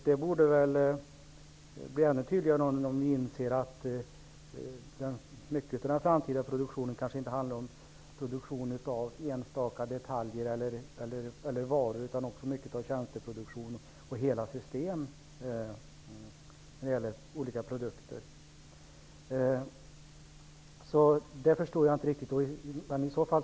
Det borde väl bli ännu tydligare, om vi inser att mycket av den framtida produktionen kanske inte handlar om produktion av enstaka detaljer eller varor utan om tjänsteproduktion och hela system av produkter. Jag förstår inte riktigt det som Ulf Melin säger.